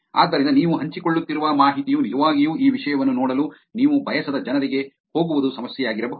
ಆದ್ದರಿಂದ ನೀವು ಹಂಚಿಕೊಳ್ಳುತ್ತಿರುವ ಮಾಹಿತಿಯು ನಿಜವಾಗಿಯೂ ಈ ವಿಷಯವನ್ನು ನೋಡಲು ನೀವು ಬಯಸದ ಜನರಿಗೆ ಹೋಗುವುದು ಸಮಸ್ಯೆಯಾಗಿರಬಹುದು